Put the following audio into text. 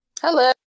Hello